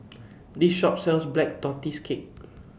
This Shop sells Black Tortoise Cake